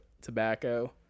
tobacco